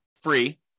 free